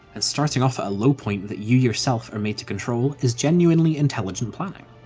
and starting off at a low point that you yourself are made to control is genuinely intelligent planning.